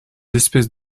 espèces